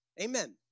Amen